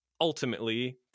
ultimately